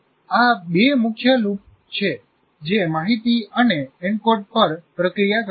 આ બે મુખ્ય લુપ છે જે માહિતી અને એન્કોડ પર પ્રક્રિયા કરે છે